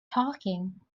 talking